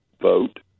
vote